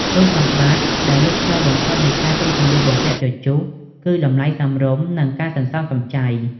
គុណសម្បត្តិដែលលេចធ្លោបំផុតនៃការទិញសម្លៀកបំពាក់ជជុះ គឺតម្លៃសមរម្យ និងការសន្សំសំចៃ។